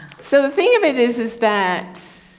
so the thing of it is, is that